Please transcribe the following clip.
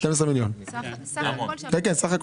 12 מיליון, כן כן סך הכל.